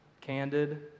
candid